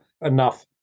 enough